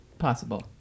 possible